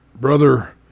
brother